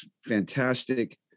fantastic